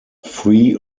free